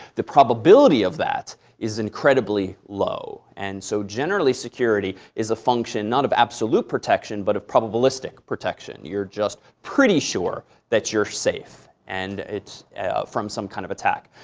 the probability of that is incredibly low. and so, generally security is a function, not of absolute protection, but of probabilistic protection. you're just pretty sure that you're safe and from some kind of attack.